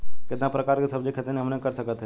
कितना प्रकार के सब्जी के खेती हमनी कर सकत हई?